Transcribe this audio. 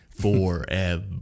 Forever